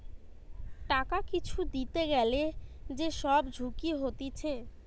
টাকা কিছু দিতে গ্যালে যে সব ঝুঁকি হতিছে